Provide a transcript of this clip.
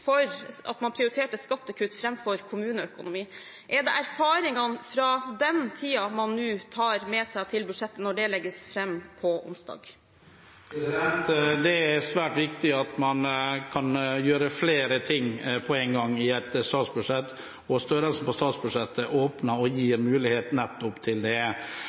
garantist for at man prioriterte skattekutt framfor kommuneøkonomi. Er det erfaringene fra den tiden man nå tar med seg til budsjettet når det legges fram på onsdag? Det er svært viktig at man kan gjøre flere ting på én gang i et statsbudsjett. Størrelsen på statsbudsjettet åpner for og gir en mulighet til nettopp det.